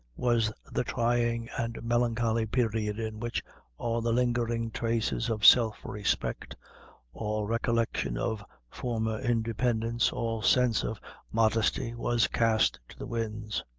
was the trying and melancholy period in which all the lingering traces of self-respect all recollection of former independence all sense of modesty was cast to the winds.